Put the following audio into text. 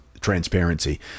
transparency